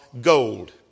gold